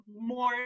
more